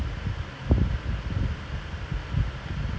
that's like good enough you can do like four weeks just like